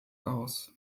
aus